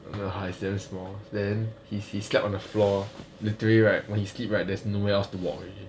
no ah it's damn small then he he slept on the floor literally right when he slept on the floor there was nowhere else to walk already